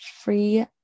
free